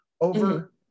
over